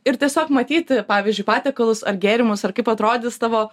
ir tiesiog matyti pavyzdžiui patiekalus ar gėrimus ar kaip atrodys tavo